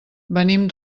venim